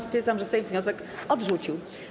Stwierdzam, że Sejm wniosek odrzucił.